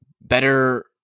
better